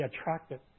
attracted